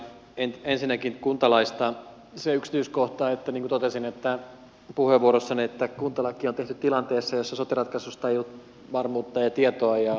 ensinnäkin kuntalaista se yksityiskohta niin kuin totesin puheenvuorossani että kuntalaki on tehty tilanteessa jossa sote ratkaisusta ei ollut varmuutta ja tietoa